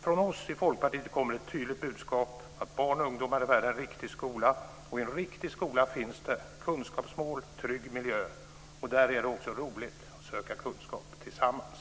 Från oss i Folkpartiet kommer det ett tydligt budskap att barn och ungdomar är värda en riktig skola, och i en riktig skola finns det kunskapsmål och en trygg miljö, och där är det också roligt att söka kunskap tillsammans.